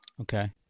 Okay